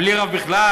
בלי רב בכלל?